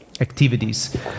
activities